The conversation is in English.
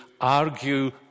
argue